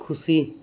ᱠᱷᱩᱥᱤ